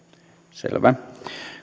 selvä